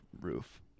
roof